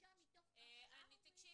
שחמישה מתוך תשעה --- תקשיבו,